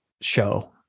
show